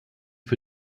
für